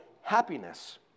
happiness